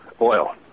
oil